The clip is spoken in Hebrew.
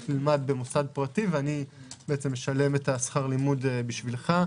במוסד פרטי ואני אשלם את שכר הלימוד בשבילך.